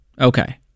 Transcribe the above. Okay